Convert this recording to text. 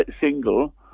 single